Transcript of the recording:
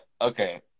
okay